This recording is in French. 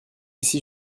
ici